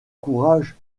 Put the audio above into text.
courage